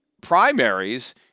primaries